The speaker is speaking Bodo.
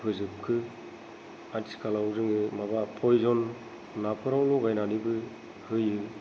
फोजोबखो आथिखालाव जोङो माबा पयजन नाफोराव लगायनानैबो होयो